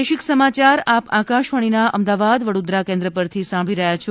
આ પ્રાદેશિક સમાચાર આપ આકાશવાણીના અમદાવાદ વડોદરા કેન્દ્ર પરથી સાંભળી રહ્યા છે